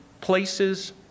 places